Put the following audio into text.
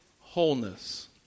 wholeness